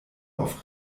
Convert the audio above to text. auf